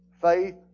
Faith